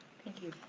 thank you.